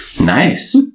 Nice